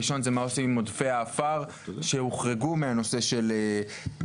הראשון זה מה עושים עם עודפי העפר שהוחרגו מהנושא של הגדרה